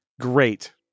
great